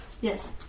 Yes